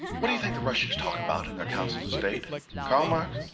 what do you think the russians talk about in their counsels of state karl marx?